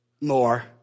more